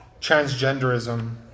transgenderism